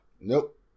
Nope